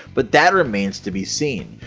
but that remains to be seen.